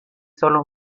solo